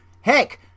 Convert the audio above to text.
heck